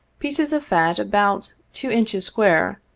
pieces of fat about two inches square,